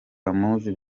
bamuzi